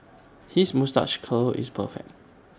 his moustache curl is perfect